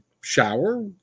shower